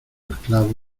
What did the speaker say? esclavo